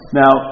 now